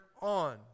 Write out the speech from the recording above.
on